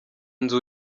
nzu